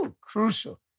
crucial